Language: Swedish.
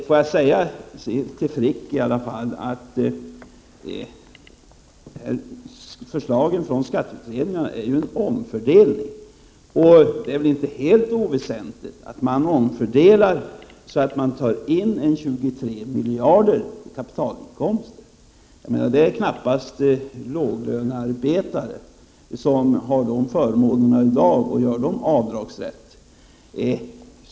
Till Carl Frick vill jag säga att förslagen från skatteutredningarna handlar om en omfördelning. Det är väl inte helt oväsentligt att man omfördelar så, att ca 23 miljarder kan tas in när det gäller kapitalinkomster. Det är ju knappast låglönearbetare som har några förmåner i dag i det sammanhanget och kan göra avdrag.